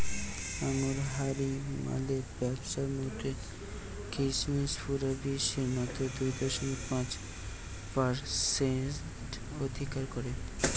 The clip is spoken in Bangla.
আঙুরহারি মালের ব্যাবসার মধ্যে কিসমিস পুরা বিশ্বে মাত্র দুই দশমিক পাঁচ পারসেন্ট অধিকার করে